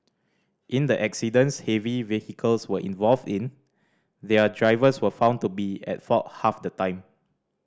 in the accidents heavy vehicles were involved in their drivers were found to be at fault half the time